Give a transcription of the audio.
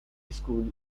school